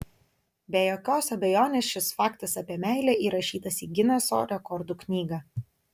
be jokios abejonės šis faktas apie meilę įrašytas į gineso rekordų knygą